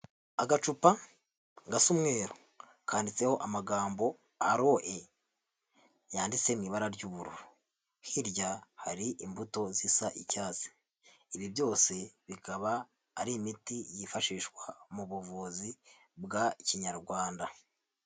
Agacupa gasa umweru kanditseho amagambo Aloe yanditse mu ibara ry'ubururu, hirya hari imbuto zisa icyatsi, ibi byose bikaba ari imiti yifashishwa mu buvuzi bwa kinyarwanda.